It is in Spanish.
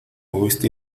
gusta